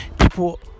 people